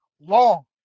long